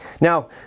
Now